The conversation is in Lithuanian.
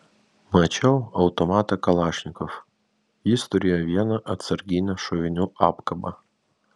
mačiau automatą kalašnikov jis turėjo vieną atsarginę šovinių apkabą